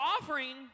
offering